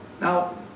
Now